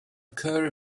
occur